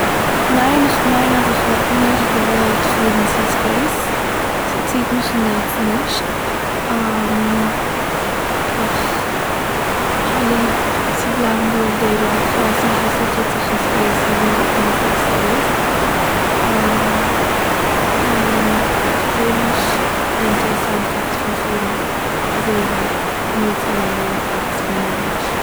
ניין איך מיין אז איך וואלט נישט געוואלט פארן צו ספייס, ס'ציט מיך אינגאנצן נישט, איך האב ליב צו בלייבן דא אויף די וועלט, איך ווייס נישט וואס טוהט זיך אין ספייס, ווי אמת'דיג ס'איז, איך זעה נישט די אינטערעסאנטקייט פון פארן אזוי ווייט נאר צו זיין אין א פלאץ פון גארנישט